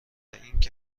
اینکه